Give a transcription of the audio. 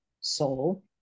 soul